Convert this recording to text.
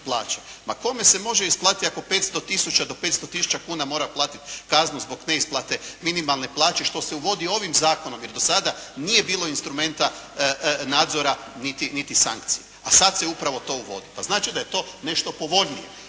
Ma kome se može isplatiti ako 500 tisuća, do 500 tisuća kuna mora platiti kaznu zbog neisplate minimalne plaće što se uvodi ovim zakonom jer do sada nije bilo instrumenta nadzora niti sankcije, a sad se upravo to uvodi. Pa znači da je to nešto povoljnije.